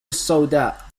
السوداء